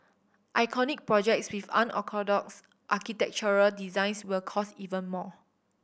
iconic projects with unorthodox architectural designs will cost even more